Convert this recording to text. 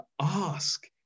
ask